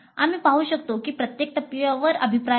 आम्ही पाहू शकतो की प्रत्येक टप्प्यावर अभिप्राय आहेत